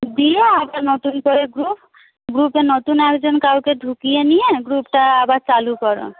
দিয়ে আবার নতুন করে গ্রুপ গ্রুপে নতুন আর একজন কাউকে ঢুকিয়ে নিয়ে গ্রুপটা আবার চালু করুন